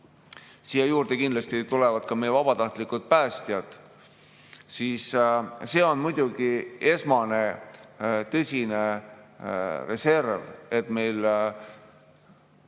siia juurde kindlasti tulevad ka meie vabatahtlikud päästjad –, siis see on muidugi esmane tõsine reserv, et meil